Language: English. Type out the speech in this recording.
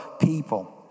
people